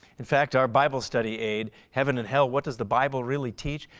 in fact our bible study aid heaven and hell what does the bible really teach?